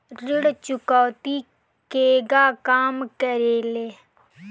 ऋण चुकौती केगा काम करेले?